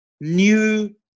new